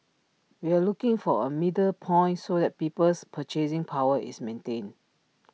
we are looking for A middle point so that people's purchasing power is maintained